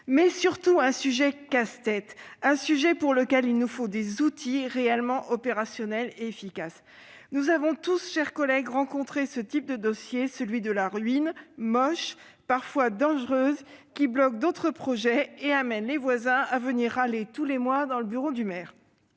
s'agit surtout d'un sujet casse-tête, pour lequel il nous faut des outils réellement opérationnels et efficaces. Nous avons tous, mes chers collègues, rencontré ce type de dossier, celui de la ruine, moche, parfois dangereuse, qui bloque d'autres projets et amène les voisins à venir râler tous les mois dans le bureau du maire.